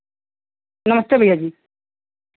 नमस्ते भैया जी